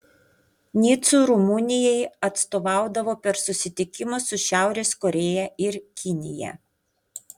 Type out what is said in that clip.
nicu rumunijai atstovaudavo per susitikimus su šiaurės korėja ir kinija